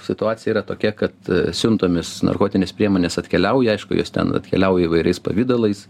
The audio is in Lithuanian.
situacija yra tokia kad siuntomis narkotinės priemonės atkeliauja aišku jos ten atkeliauja įvairiais pavidalais